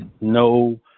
no